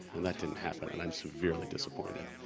and that didn't happen and i am severely disappointed.